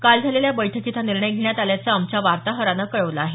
काल झालेल्या बैठकीत हा निर्णय घेण्यात आल्याचं आमच्या वार्ताहरानं कळवलं आहे